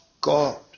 God